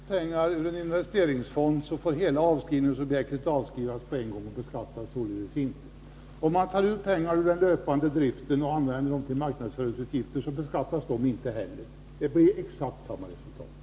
Herr talman! Om man tar ut pengar ur en investeringsfond för att använda dem till marknadsföring, får hela objektet avskrivas omedelbart, och det beskattas således inte. Om man tar ut pengar ur den löpande driften och använder dem till marknadsföringsåtgärder, så beskattas inte heller de. Det blir alltså exakt samma resultat.